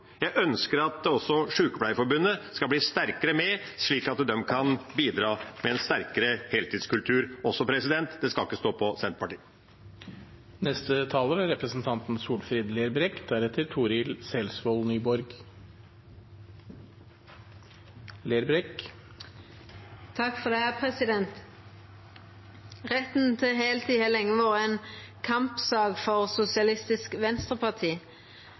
Jeg ønsker at også Sykepleierforbundet skal bli sterkere med, slik at de også kan bidra til en sterkere heltidskultur. Det skal ikke stå på Senterpartiet. Retten til heiltid har lenge vore ei kampsak for Sosialistisk Venstreparti. Det er i enkelte sektorar meir vanleg med deltid enn med heiltid, og det er